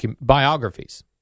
biographies